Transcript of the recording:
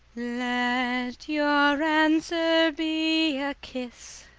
let your answer be kiss!